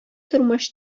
тормыш